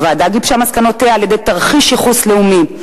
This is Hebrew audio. הוועדה גיבשה מסקנותיה על-ידי "תרחיש ייחוס לאומי",